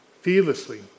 fearlessly